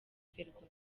ferwafa